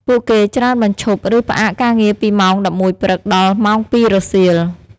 ពួកគេច្រើនបញ្ឈប់ ឬផ្អាកការងារពីម៉ោង១១ព្រឹក ដល់ ម៉ោង២ រសៀល។